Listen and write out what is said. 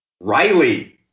Riley